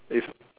if